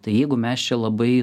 tai jeigu mes čia labai